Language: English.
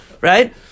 right